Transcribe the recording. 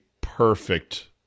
perfect